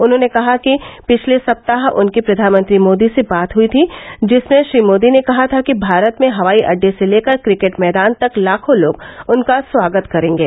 उन्होंने कहा कि पिछले सप्ताह उनकी प्रधानमंत्री मोदी से बात हुई थी जिसमें श्री मोदी ने कहा था कि भारत में हवाई अड्डे से लेकर क्रिकेट मैदान तक लाखों लोग उनका स्वागत करेंगे